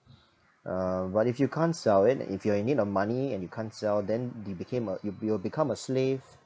uh but if you can't sell it if you're in need of money and you can't sell then it became a you you'll become a slave